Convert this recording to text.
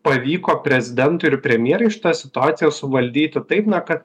pavyko prezidentui ir premjerei šitą situaciją suvaldyti taip na kad